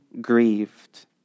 grieved